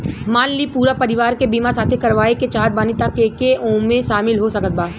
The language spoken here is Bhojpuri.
मान ली पूरा परिवार के बीमाँ साथे करवाए के चाहत बानी त के के ओमे शामिल हो सकत बा?